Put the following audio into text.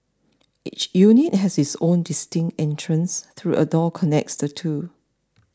each unit has its own distinct entrance through a door connects the two